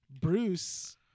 Bruce